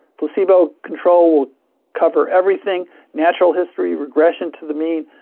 placebo control will cover everything natural history, regression to the mean.